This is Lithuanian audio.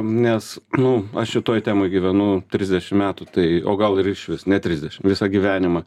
nes nu aš šitoj temoj gyvenu trisdešim metų tai o gal ir išvis ne trisdešim visą gyvenimą